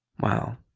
Wow